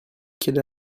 chiede